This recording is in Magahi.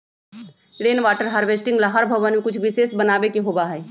रेन वाटर हार्वेस्टिंग ला हर भवन में कुछ विशेष बनावे के होबा हई